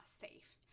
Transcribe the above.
safe